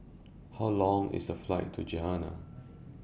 How Long IS The Flight to Ghana